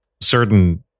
certain